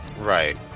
Right